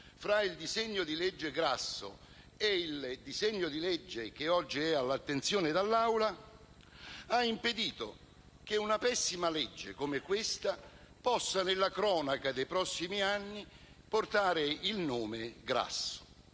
tra il disegno di legge Grasso e il disegno di legge che oggi è all'attenzione dell'Assemblea, ha impedito che una pessima legge come questa possa, nella cronaca dei prossimi anni, portare il nome Grasso.